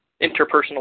interpersonal